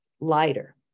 lighter